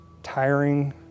tiring